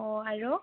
অঁ আৰু